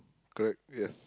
correct yes